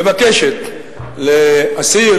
מבקשת להסיר,